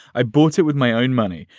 i bought it with my own money.